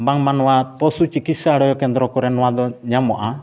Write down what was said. ᱵᱟᱝ ᱢᱟᱱᱚᱣᱟ ᱯᱚᱥᱩ ᱪᱤᱠᱤᱥᱥᱟᱞᱚᱭ ᱠᱮᱱᱫᱨᱚ ᱠᱚᱨᱮ ᱱᱚᱣᱟ ᱫᱚ ᱧᱟᱢᱚᱜᱼᱟ